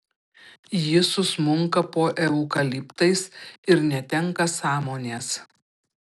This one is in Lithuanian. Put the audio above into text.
ji susmunka po eukaliptais ir netenka sąmonės